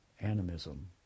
animism